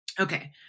okay